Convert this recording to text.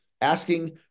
asking